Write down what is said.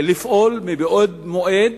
לפעול בעוד מועד,